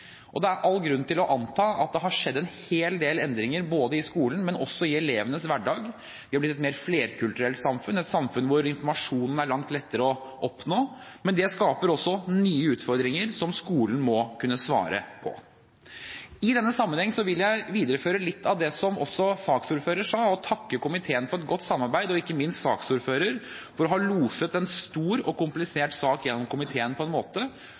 og det er all grunn til å anta at det har skjedd en hel del endringer både i skolen og i elevenes hverdag. Vi har blitt et mer flerkulturelt samfunn, et samfunn hvor informasjonen er langt lettere å få, men det skaper også nye utfordringer som skolen må kunne svare på. I denne sammenheng vil jeg videreføre litt av det som også saksordføreren sa. Jeg vil takke komiteen for godt samarbeid, og ikke minst saksordføreren for å ha loset en stor og komplisert sak gjennom komiteen på en måte